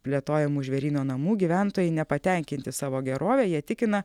plėtojamų žvėryno namų gyventojai nepatenkinti savo gerove jie tikina